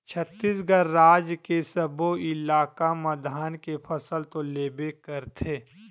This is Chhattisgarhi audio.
छत्तीसगढ़ राज के सब्बो इलाका म धान के फसल तो लेबे करथे